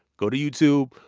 go to youtube.